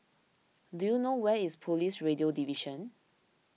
do you know where is Police Radio Division